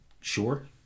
sure